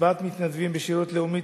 (הצבעת מתנדבים בשירות לאומי),